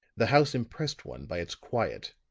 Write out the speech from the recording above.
the house impressed one by its quiet,